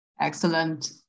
excellent